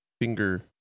finger